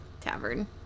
tavern